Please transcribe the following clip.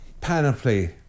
panoply